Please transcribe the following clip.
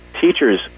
teachers